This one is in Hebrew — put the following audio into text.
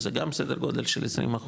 שזה גם סדר גודל של 20%,